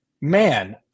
man